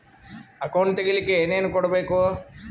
Account ತೆಗಿಲಿಕ್ಕೆ ಏನೇನು ಕೊಡಬೇಕು?